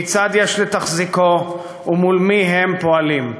כיצד יש לתחזקו ומול מי הם פועלים.